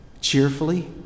cheerfully